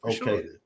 Okay